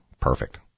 perfect